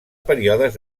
períodes